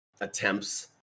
attempts